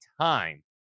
time